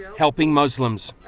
helping muslims.